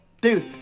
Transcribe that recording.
Dude